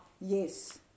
Yes